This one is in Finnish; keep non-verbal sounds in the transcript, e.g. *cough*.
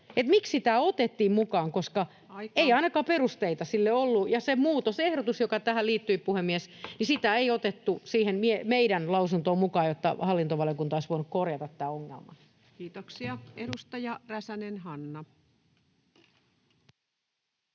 Aika!] koska ei ainakaan perusteita sille ollut. Ja sitä muutosehdotusta, joka tähän liittyi, puhemies, *noise* ei otettu siihen meidän lausuntoon mukaan, jotta hallintovaliokunta olisi voinut korjata tämän ongelman. Kiitoksia. — Edustaja Räsänen, Hanna.